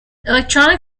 electronic